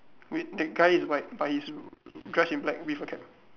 wait that guy is white but he's dressed in black with a cap